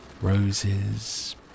Roses